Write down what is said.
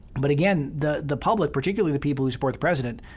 but again, the the public, particularly the people who support the president,